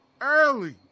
Early